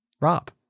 Rob